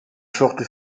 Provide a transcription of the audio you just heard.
forte